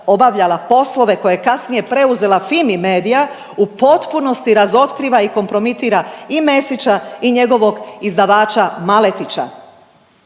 obavljala poslove koje je kasnije preuzela Fimi Media, u potpunosti razotkriva i kompromitira i Mesića i njegovog izdavača Maletića.